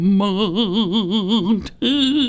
mountain